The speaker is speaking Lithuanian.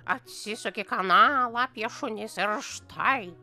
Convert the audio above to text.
atsisuki kanalą apie šunis ir štai